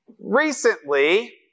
Recently